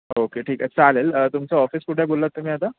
okay ठीक आहे चालेल तुमचं ऑफिस कुठे आहे बोललात तुम्ही आता